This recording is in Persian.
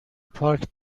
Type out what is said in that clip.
پارک